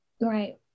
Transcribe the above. Right